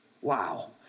Wow